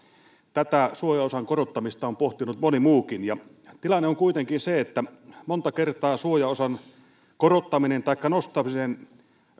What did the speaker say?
tätä suojaosan korottamista on pohtinut moni muukin tilanne on kuitenkin se että monta kertaa suojaosan nostaminen